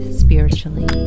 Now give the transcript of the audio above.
spiritually